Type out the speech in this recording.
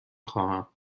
خواهم